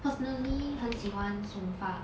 personally 很喜欢 song fa